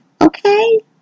Okay